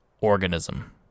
organism